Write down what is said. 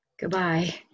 Goodbye